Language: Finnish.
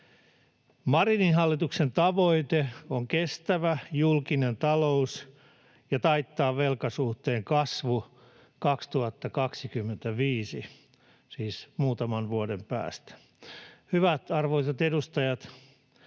Marinin hallituksen tavoite on kestävä julkinen talous ja velkasuhteen kasvun taittaminen 2025, siis muutaman vuoden päästä. Hyvät, arvoisat edustajat,